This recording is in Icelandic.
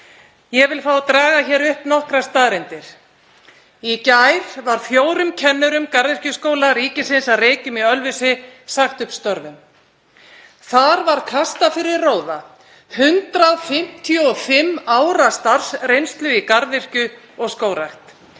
Ég vil fá að draga hér upp nokkrar staðreyndir. Í gær var fjórum kennurum Garðyrkjuskóla ríkisins að Reykjum í Ölfusi sagt upp störfum. Þar var kastað fyrir róða 155 ára starfsreynslu í garðyrkju og skógrækt.